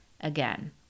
again